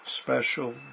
special